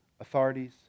authorities